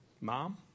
Mom